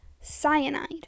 cyanide